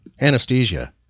anesthesia